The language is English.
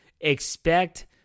expect